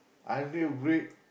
I need a break